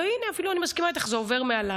והינה, אפילו אני מסכימה איתך, זה עובר מעליי.